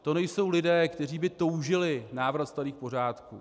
To nejsou lidé, kteří by toužili po návratu starých pořádků.